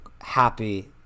happy